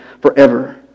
Forever